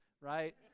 right